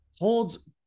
holds